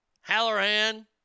Halloran